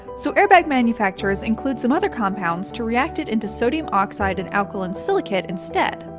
so airbag manufacturers include some other compounds to react it into sodium oxide and alkaline silicate instead.